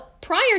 prior